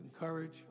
encourage